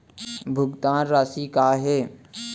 भुगतान राशि का हे?